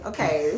Okay